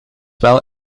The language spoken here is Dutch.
wel